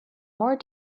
more